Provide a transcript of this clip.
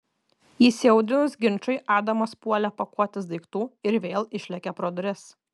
įsiaudrinus ginčui adamas puolė pakuotis daiktų ir vėl išlėkė pro duris